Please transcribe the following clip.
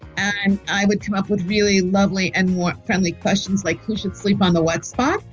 and i would come up with really lovely and what friendly questions like who should sleep on the wet spot?